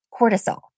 cortisol